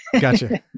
Gotcha